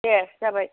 दे जाबाय